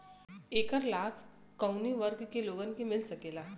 ऐकर लाभ काउने वर्ग के लोगन के मिल सकेला?